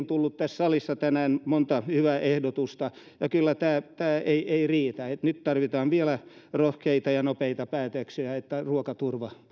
tullut tänään monta hyvää ehdotusta tämä tämä ei kyllä riitä vaan tarvitaan vielä rohkeita ja nopeita päätöksiä niin että ruokaturva